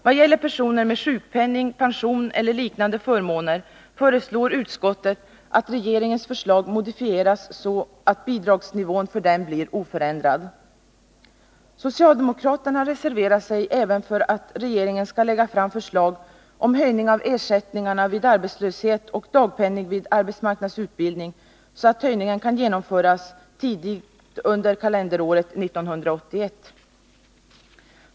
Vad gäller personer med sjukpenning, pension eller liknande förmåner föreslår utskottet att regeringens förslag modifieras så att bidragsnivån för dem blir oförändrad. Socialdemokraterna reserverar sig även för att regeringen skall lägga fram förslag om höjning av ersättningarna vid arbetslöshet och dagpenning vid arbetsmarknadsutbildning, så att höjningen kan genomföras tidigt under kalenderåret 1981.